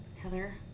Heather